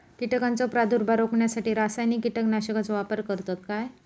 कीटकांचो प्रादुर्भाव रोखण्यासाठी रासायनिक कीटकनाशकाचो वापर करतत काय?